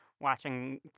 watching